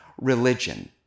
religion